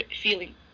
feeling